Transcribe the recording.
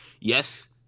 Yes